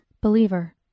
Believer